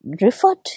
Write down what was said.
referred